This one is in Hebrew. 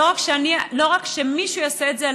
ולא רק שמישהו יעשה את זה,